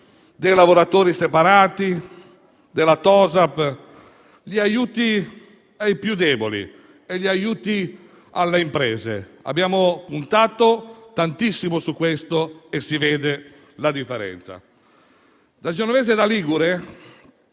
dei lavoratori separati, della TOSAP e degli aiuti ai più deboli e alle imprese. Abbiamo puntato tantissimo su questo e si vede la differenza. Da genovese e da ligure